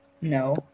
No